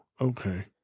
okay